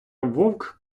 вовк